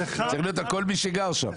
אלא הכול צריך להיות לפי מי שגר שם.